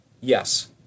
Yes